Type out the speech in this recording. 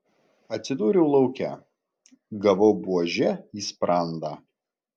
atsidūriau lauke gavau buože į sprandą